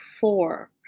four